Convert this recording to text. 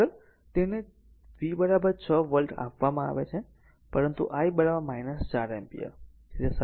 હવે આગળ તેને V 6 વોલ્ટ આપવામાં આવે છે પરંતુ i 4 એમ્પીયર